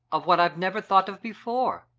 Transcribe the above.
of what i'd never thought of before